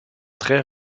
très